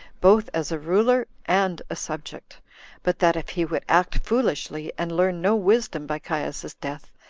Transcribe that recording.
both as a ruler and a subject but that if he would act foolishly, and learn no wisdom by caius's death,